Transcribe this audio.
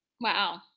Wow